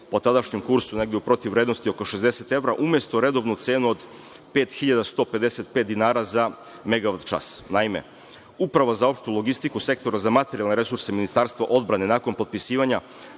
po tadašnjem kursu negde u protivvrednosti oko 60 evra, umesto redovnu cenu od 5.155 dinara za megavat čas? Naime, Uprava za opštu logistiku Sektora za materijalne resurse Ministarstva odbrane nakon potpisivanja